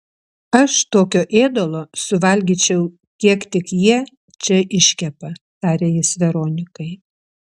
aš tokio ėdalo suvalgyčiau kiek tik jie čia iškepa tarė jis veronikai